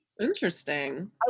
Interesting